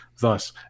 Thus